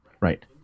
Right